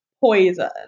poison